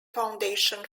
foundation